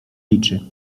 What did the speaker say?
liczy